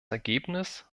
ergebnis